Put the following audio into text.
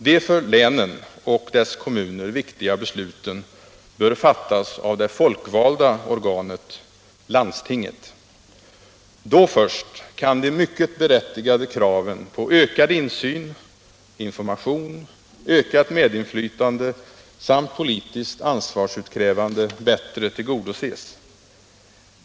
De för länen och dess kommuner viktiga besluten bör fattas av det folkvalda organet — landstinget! Då först kan de mycket berättigade kraven på ökad insyn, information, ökat medinflytande samt på möjlighet till politiskt ansvarsutkrävande bättre tillgodoses.